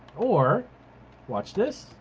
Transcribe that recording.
or watch this.